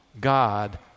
God